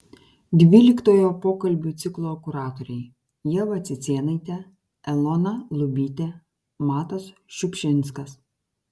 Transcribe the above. dvyliktojo pokalbių ciklo kuratoriai ieva cicėnaitė elona lubytė matas šiupšinskas